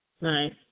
Nice